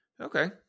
Okay